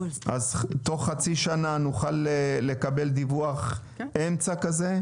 אז בתוך חצי שנה נוכל לקבל דיווח אמצע כזה,